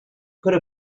could